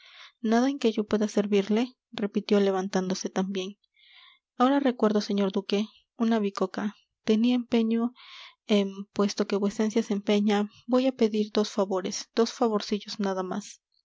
nada en que yo pueda servirle repitió levantándose también ahora recuerdo señor duque una bicoca tenía empeño en puesto que vuecencia se empeña voy a pedir dos favores dos favorcillos nada más